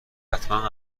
حتما